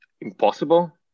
impossible